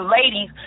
ladies